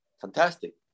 fantastic